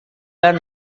dan